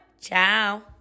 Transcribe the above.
Ciao